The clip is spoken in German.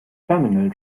terminal